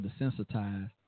desensitized